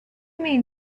mean